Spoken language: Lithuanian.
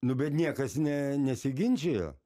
nu bet niekas ne nesiginčijo